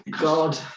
God